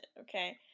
okay